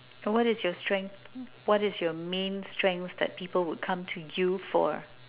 what is your strength what is your main strengths that people will come to you for